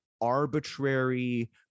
arbitrary